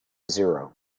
zero